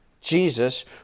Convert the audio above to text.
Jesus